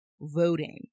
voting